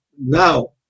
now